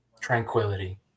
tranquility